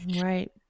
Right